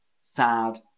sad